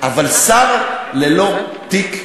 אבל שר ללא תיק?